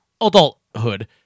adulthood